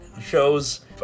shows